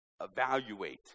evaluate